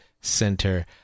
Center